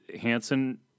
Hanson